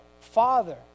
Father